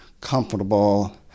comfortable